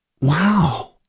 wow